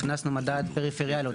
הכנסנו מדד פריפריאליות,